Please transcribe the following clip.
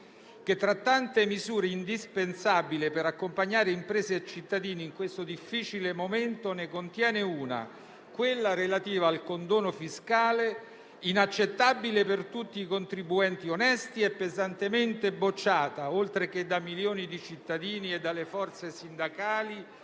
che tra tante misure indispensabili per accompagnare imprese e cittadini in questo difficile momento, ne contiene una, quella relativa al condono fiscale, inaccettabile per tutti i contribuenti onesti e pesantemente bocciata, oltre che da milioni di cittadini e dalle forze sindacali,